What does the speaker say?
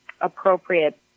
appropriate